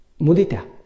mudita